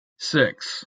six